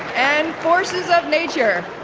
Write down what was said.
and forces of nature.